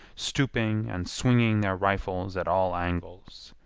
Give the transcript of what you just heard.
stooping and swinging their rifles at all angles.